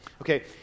Okay